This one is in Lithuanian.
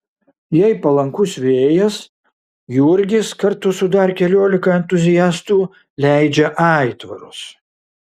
jei palankus vėjas jurgis kartu su dar keliolika entuziastų leidžia aitvarus